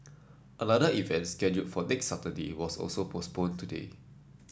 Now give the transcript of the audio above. another event scheduled for next Saturday was also postponed today